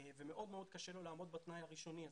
ומאוד מאוד קשה לו לעמוד בתנאי הראשוני הזה.